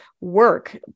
work